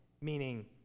meaning